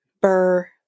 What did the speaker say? Burr